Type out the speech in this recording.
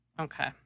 okay